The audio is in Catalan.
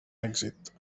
èxit